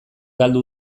galdu